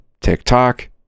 TikTok